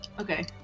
Okay